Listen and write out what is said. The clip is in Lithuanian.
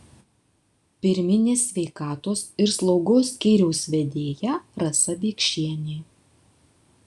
pirminės sveikatos ir slaugos skyriaus vedėja rasa biekšienė